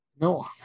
No